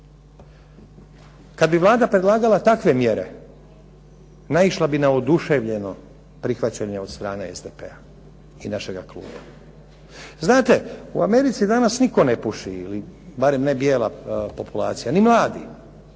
Kad bi Vlada predlagala takve mjere, naišla bi na oduševljeno prihvaćanje od strane SDP-a i našega kluba. Znate, u Americi danas nitko ne puši ili barem ne bijela populacija. Ni mladi.